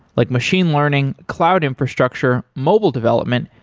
like machine learning, cloud infrastructure, mobile development,